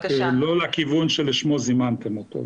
לא לכיוון שלשמו זימנתם אותו.